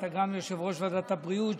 אתה גם יושב-ראש ועדת הבריאות,